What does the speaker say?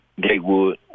Gatewood